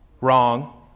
wrong